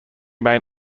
main